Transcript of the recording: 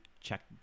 check